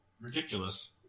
ridiculous